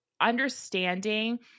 understanding